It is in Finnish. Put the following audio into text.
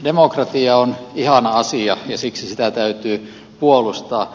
demokratia on ihana asia ja siksi sitä täytyy puolustaa